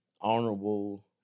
honorable